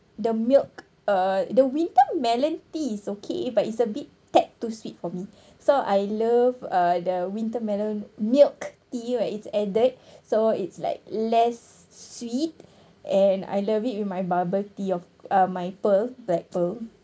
the milk uh the winter melon tea is okay but it's a bit tad too sweet for me so I love uh the winter melon milk tea where it's added so it's like less sweet and I love it with my bubble tea of uh my pearl black pearl